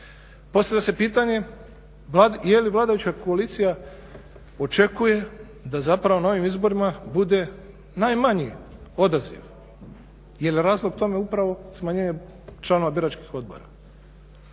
Postavlja se pitanje je li vladajuća koalicija očekuje da zapravo novim izborima bude najmanji odaziv jer je razlog tome upravo smanjenje članova biračkih odbora.